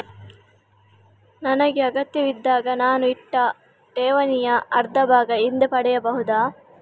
ನನಗೆ ಅಗತ್ಯವಿದ್ದಾಗ ನಾನು ಇಟ್ಟ ಠೇವಣಿಯ ಅರ್ಧಭಾಗ ಹಿಂದೆ ಪಡೆಯಬಹುದಾ?